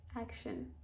action